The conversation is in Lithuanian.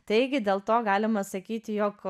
taigi dėl to galima sakyti jog